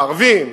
מה, ערבים?